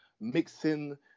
mixing